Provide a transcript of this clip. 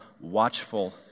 watchful